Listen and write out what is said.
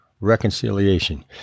reconciliation